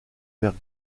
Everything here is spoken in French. vers